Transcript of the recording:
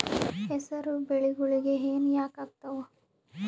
ಹೆಸರು ಬೆಳಿಗೋಳಿಗಿ ಹೆನ ಯಾಕ ಆಗ್ತಾವ?